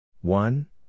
One